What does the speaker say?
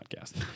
podcast